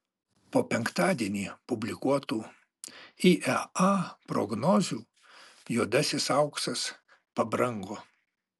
po penktadienį publikuotų iea prognozių juodasis auksas pabrango